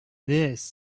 this